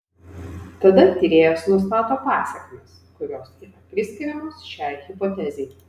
tada tyrėjas nustato pasekmes kurios yra priskiriamos šiai hipotezei